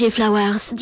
Flowers